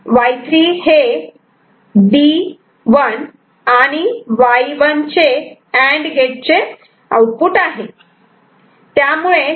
Y3 हे B 1 आणि Y1 चे अँड गेट चे आउटपुट आहे